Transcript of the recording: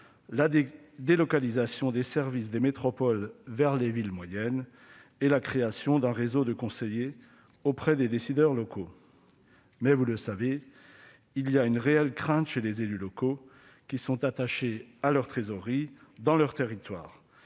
la délocalisation des services des métropoles vers les villes moyennes et la création d'un réseau de conseillers auprès des décideurs locaux. Vous connaissez toutefois les craintes exprimées par les élus locaux, qui sont attachés à leurs trésoreries dans leurs territoires.